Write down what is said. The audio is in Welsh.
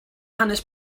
hanes